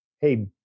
hey